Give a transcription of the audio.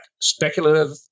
speculative